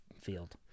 field